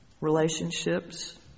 relationships